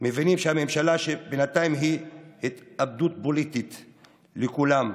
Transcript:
מבינים שהממשלה היא בינתיים התאבדות פוליטית לכולם,